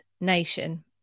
nation